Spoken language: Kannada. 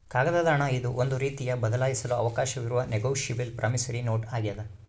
ಕಾಗದದ ಹಣ ಇದು ಒಂದು ರೀತಿಯ ಬದಲಾಯಿಸಲು ಅವಕಾಶವಿರುವ ನೆಗೋಶಬಲ್ ಪ್ರಾಮಿಸರಿ ನೋಟ್ ಆಗ್ಯಾದ